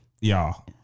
y'all